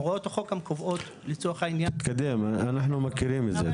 הוראות החוק גם קובעות לצורך העניין - תתקדם אנחנו מכירים את זה,